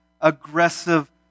aggressive